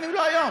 גם אם לא היום,